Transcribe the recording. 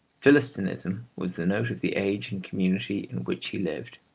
philistinism was the note of the age and community in which he lived.